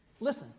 Listen